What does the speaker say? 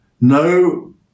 No